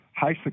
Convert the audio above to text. high